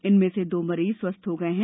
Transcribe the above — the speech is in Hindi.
इनमें से दो मरीज स्वस्थ हो गये हैं